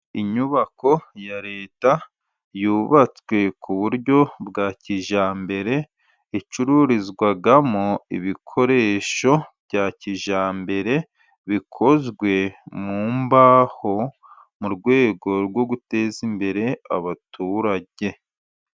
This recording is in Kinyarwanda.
Inyubako ya Leta, yubatswe ku buryo bwa kijyambere, icururizwamo ibikoresho bya kijyambere, bikozwe mu mbaho, mu rwego rwo guteza imbere abaturage.